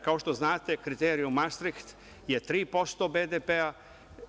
Kao što znate, kriterijum Mastriht je 3% BDP-a.